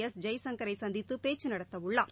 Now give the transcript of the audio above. S ஜெய்சங்கரை சந்தித்து பேச்சு நடத்தவுள்ளார்